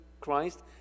Christ